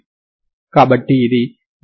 కాబట్టి ఇది ∂u∂yu4∂u అవుతుంది